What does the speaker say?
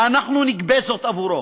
ואנחנו נגבה זאת עבורו.